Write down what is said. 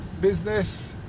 business